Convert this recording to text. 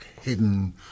hidden